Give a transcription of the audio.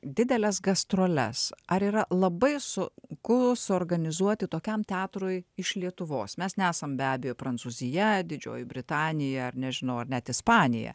dideles gastroles ar yra labai sunku suorganizuoti tokiam teatrui iš lietuvos mes nesam be abejo prancūzija didžioji britanija ar nežinau ar net ispanija